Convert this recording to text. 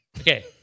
Okay